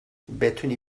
بتونی